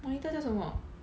monitor 叫什么